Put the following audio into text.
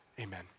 Amen